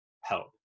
help